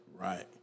Right